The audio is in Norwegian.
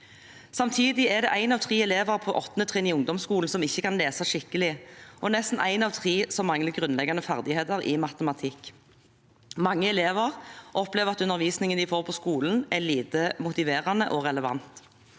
Samtidig er det en av tre elever på 8. trinn i ungdomskolen som ikke kan lese skikkelig, og nesten en av tre som mangler grunnleggende ferdigheter i matematikk. Mange elever opplever at undervisningen de får på skolen, er lite motiverende og relevant.